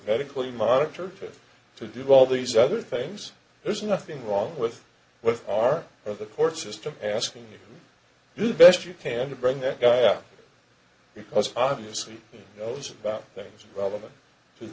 medically monitor to do all these other things there's nothing wrong with with our or the court system asking the best you can to bring that guy up because obviously knows about things relevant